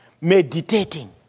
meditating